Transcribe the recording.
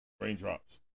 Raindrops